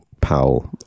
Powell